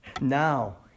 Now